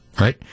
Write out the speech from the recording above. right